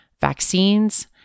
vaccines